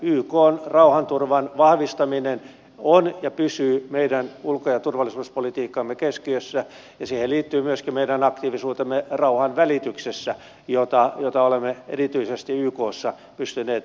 elikkä ykn rauhanturvan vahvistaminen on ja pysyy meidän ulko ja turvallisuuspolitiikkamme keskiössä ja siihen liittyy myöskin meidän aktiivisuutemme rauhanvälityksessä jota olemme erityisesti ykssa pystyneet edistämään